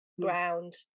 ground